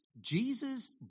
Jesus